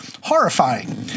horrifying